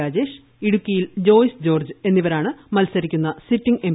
രാജേഷ് ഇടുക്കിയിൽ ജോയിസ് ജോർജ്ജ് എന്നിവരാണ് മത്സരിക്കുന്ന സിറ്റിംഗ് എം